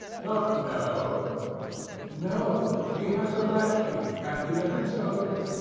not know no he has a latch-key, and he let himself in